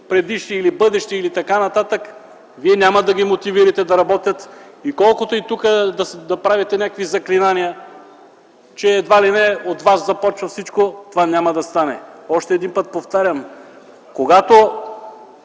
предишни или бъдещи управляващи и т.н., няма да ги мотивирате да работят. Колкото и тук да правите заклинания, че едва ли не от вас започва всичко, това няма да стане. Още един път повтарям: Когато